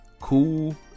cool